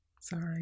Sorry